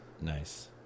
Nice